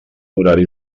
horari